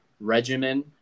regimen